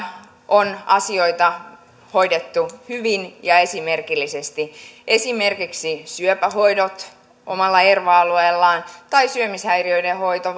on asioita hoidettu hyvin ja esimerkillisesti esimerkiksi syöpähoidot omalla erva alueella tai syömishäiriöiden hoito